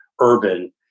urban